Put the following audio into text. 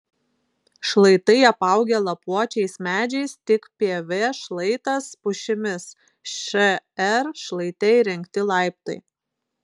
šlaitai apaugę lapuočiais medžiais tik pv šlaitas pušimis šr šlaite įrengti laiptai